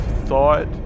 thought